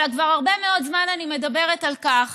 אבל כבר הרבה מאוד זמן אני מדברת על כך